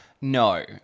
No